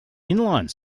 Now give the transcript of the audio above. inline